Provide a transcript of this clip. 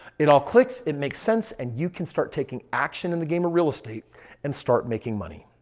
it all clicks it makes sense and you can start taking action in the game of real estate and start making money.